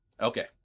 okay